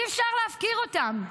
אי-אפשר להפקיר אותם.